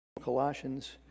Colossians